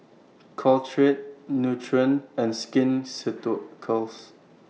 Caltrate Nutren and Skin Ceuticals